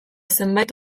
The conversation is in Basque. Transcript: zenbait